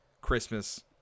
Christmas